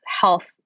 health